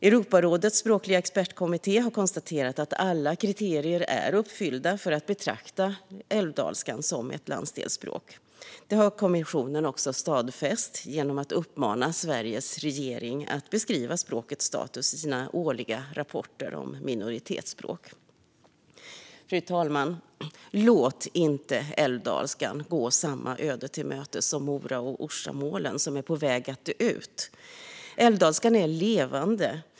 Europarådets språkliga expertkommitté har konstaterat att alla kriterier är uppfyllda för att betrakta älvdalskan som ett landsdelsspåk. Det har kommissionen också stadfäst genom att uppmana Sveriges regering att beskriva språkets status i sina årliga rapporter om minoritetsspråk. Fru talman! Låt inte älvdalskan gå samma öde till mötes som Mora och Orsamålen som är på väg att dö ut. Älvdalskan är levande.